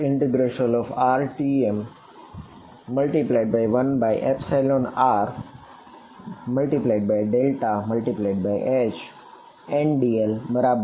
ndl બરાબર